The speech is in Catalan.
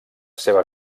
seva